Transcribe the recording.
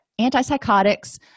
antipsychotics